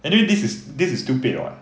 anyway this is this is still paid [what]